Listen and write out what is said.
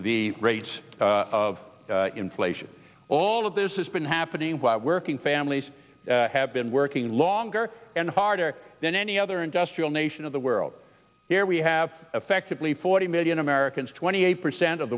the rate of inflation all of this has been happening while working families have been working longer and harder than any other industrial nation of the world here we have effectively forty million americans twenty eight percent of